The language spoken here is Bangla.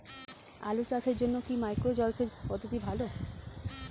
আলু চাষের জন্য কি মাইক্রো জলসেচ পদ্ধতি ভালো?